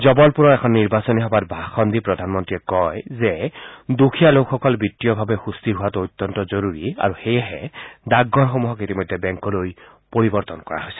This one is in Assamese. জবলপুৰৰ এখন নিৰ্বাচনী সভাত ভাষণ দি প্ৰধানমন্ত্ৰীয়ে কয় যে দুখীয়া লোকসকল বিত্তীয়ভাৱে সুস্থিৰ হোৱাটো অত্যন্ত জৰুৰী আৰু সেয়েহে ডাকঘৰসমূহক ইতিমধ্যে বেংকলৈ পৰিৱৰ্তন কৰা হৈছে